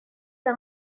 par